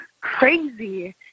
crazy